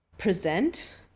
present